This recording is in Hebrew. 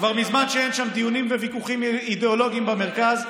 כבר מזמן שאין דיונים אידיאולוגיים וויכוחים במרכז,